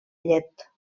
llet